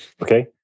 Okay